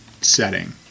setting